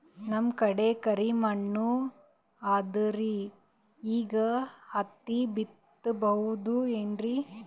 ನಮ್ ಕಡೆ ಕರಿ ಮಣ್ಣು ಅದರಿ, ಈಗ ಹತ್ತಿ ಬಿತ್ತಬಹುದು ಏನ್ರೀ?